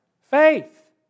faith